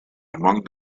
among